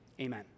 amen